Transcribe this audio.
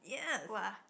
!wah!